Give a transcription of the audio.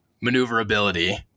maneuverability